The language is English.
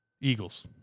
Eagles